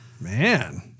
Man